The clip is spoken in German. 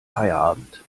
feierabend